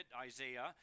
Isaiah